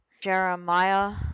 Jeremiah